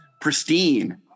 pristine